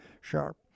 sharp